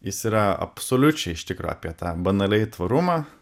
jis yra absoliučiai iš tikro apie tą banaliai tvarumą